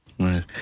Right